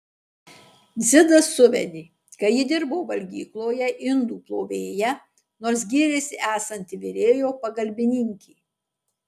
dzidas suvedė kai ji dirbo valgykloje indų plovėja nors gyrėsi esanti virėjo pagalbininkė